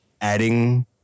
adding